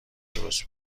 درست